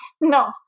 No